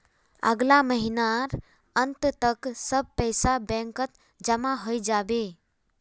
अगला महीनार अंत तक सब पैसा बैंकत जमा हइ जा बे